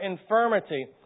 infirmity